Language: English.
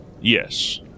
Yes